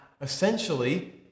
essentially